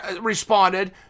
responded